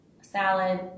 salad